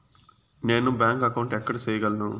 నేను bank account ఎక్కడ సేయగలను